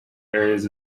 areas